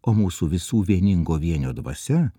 o mūsų visų vieningo vienio dvasia